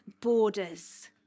borders